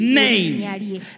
name